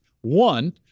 One